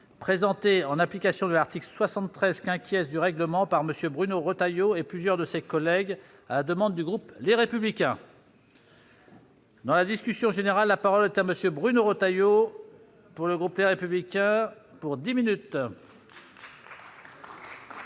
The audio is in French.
présenté en application de l'article 73 cas acquiesce du règlement par monsieur Bruno Retailleau et plusieurs de ses collègues à la demande du groupe, les républicains. Dans la discussion générale, la parole est à monsieur Bruno Retailleau pour le groupe, les républicains pour 10 minutes.